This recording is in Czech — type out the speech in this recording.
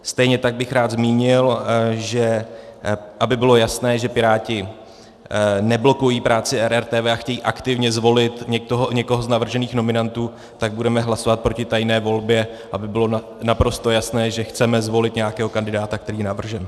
Stejně tak bych rád zmínil, že aby bylo jasné, že Piráti neblokují práci RRTV a chtějí aktivně zvolit někoho z navržených nominantů, tak budeme hlasovat proti tajné volbě, aby bylo naprosto jasné, že chceme zvolit nějakého kandidáta, který je navržen.